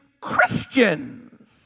Christians